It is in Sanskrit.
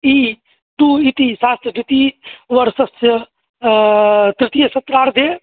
इ टू इति शास्त्रद्विती वर्षस्य तृतीयसत्रार्धे